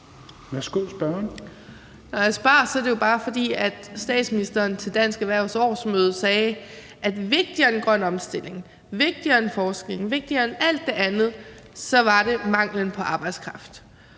Når jeg spørger, er det jo bare, fordi statsministeren til Dansk Erhvervs årsmøde sagde, at vigtigere end grøn omstilling, vigtigere end forskning, vigtigere end alt det andet, var manglen på arbejdskraft.